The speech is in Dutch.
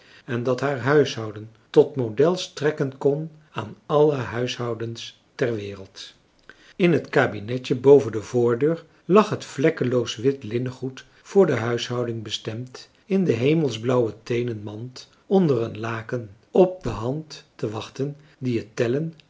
en dat haar huishouden tot model strekken kon aan alle huishoudens der wereld in het kabinetje boven de voordeur lag het vlekkeloos wit linnengoed voor de huishouding bestemd in de hemelsblauwe teenen mand onder een laken op de hand te wachten die het tellen